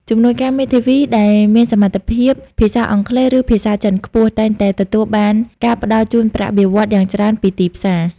ជំនួយការមេធាវីដែលមានសមត្ថភាពភាសាអង់គ្លេស ឬភាសាចិនខ្ពស់ តែងតែទទួលបានការផ្តល់ជូនប្រាក់បៀវត្សរ៍យ៉ាងច្រើនពីទីផ្សារ។